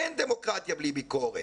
אין דמוקרטיה בלי ביקורת.